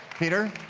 peter?